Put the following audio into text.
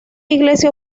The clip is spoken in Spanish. iglesia